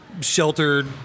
sheltered